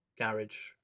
garage